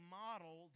model